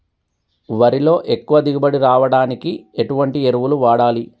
వరిలో ఎక్కువ దిగుబడి రావడానికి ఎటువంటి ఎరువులు వాడాలి?